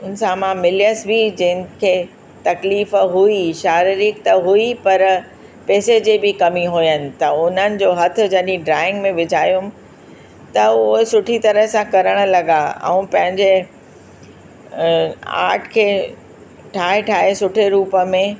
उन सां मां मिलियसि बि जंहिंखे तकलीफ़ हुई शारीरिक त हुई पर पैसे जी बि कमी हुजनि त उन्हनि जो हथु जॾहिं ड्रॉइंग में विझायुमि त उहे सुठी तरह सां करणु लॻा ऐं पंहिंजे आर्ट खे ठाहे ठाहे सुठे रूप में